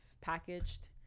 packaged